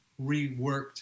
reworked